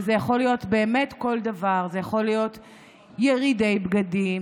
וזה יכול להיות כל דבר: ירידי בגדים,